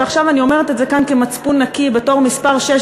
ועכשיו אני אומרת את זה כאן כמצפון נקי בתור מספר שש